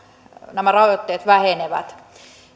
nämä rajoitteet vähenevät